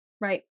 Right